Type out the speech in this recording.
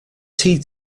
tea